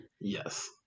Yes